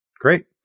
Great